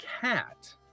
cat